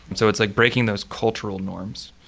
and so it's like breaking those cultural norms,